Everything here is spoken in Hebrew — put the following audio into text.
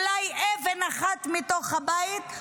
אולי אבן אחת מתוך הבית,